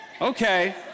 Okay